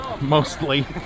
Mostly